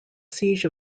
siege